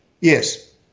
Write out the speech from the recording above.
Yes